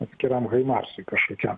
atskiram haimarsui kažkokiam